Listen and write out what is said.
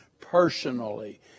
personally